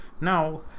now